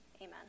Amen